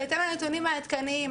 בהתאם לנתונים העדכניים.